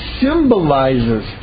symbolizes